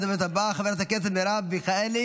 הדוברת הבאה, חברת הכנסת מרב מיכאלי,